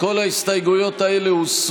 זכר צדיק וקדוש